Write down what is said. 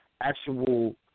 actual